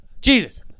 Jesus